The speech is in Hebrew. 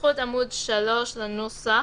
תפתחו עמ' 3 לנוסח.